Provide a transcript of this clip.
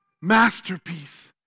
masterpiece